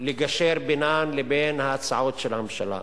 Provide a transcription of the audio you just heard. לגשר בינן לבין ההצעות של הממשלה.